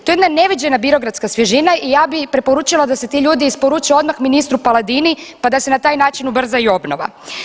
To je jedna neviđena birokratska svježina i ja bih preporučila da se ti ljudi isporuče odmah ministru Paladini pa da se na taj način ubrza i obnova.